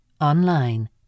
online